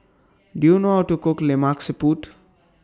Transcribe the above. Do YOU know How to Cook Lemak Siput